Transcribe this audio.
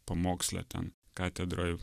pamoksle ten katedroj